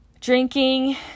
drinking